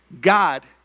God